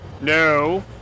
No